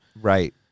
Right